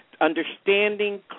understanding